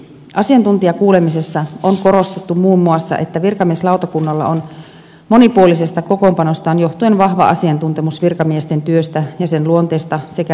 asiantuntijakuulemisessa on korostettu muun muassa että virkamieslautakunnalla on monipuolisesta kokoonpanostaan johtuen vahva asiantuntemus virkamiesten työstä ja sen luonteesta sekä virkamiesoikeudesta